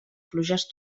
pluges